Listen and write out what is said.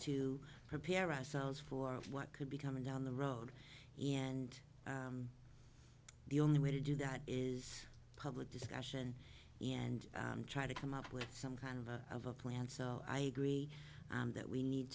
to prepare ourselves for what could be coming down the road and the only way to do that is public discussion and try to come up with some kind of a plan so i agree that we need